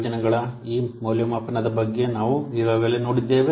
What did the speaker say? ಯೋಜನೆಗಳ ಈ ಮೌಲ್ಯಮಾಪನದ ಬಗ್ಗೆ ನಾವು ಈಗಾಗಲೇ ನೋಡಿದ್ದೇವೆ